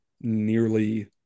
nearly